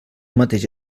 mateix